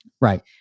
Right